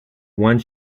one